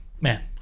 man